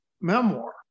memoir